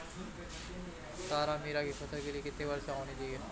तारामीरा की फसल के लिए कितनी वर्षा होनी चाहिए?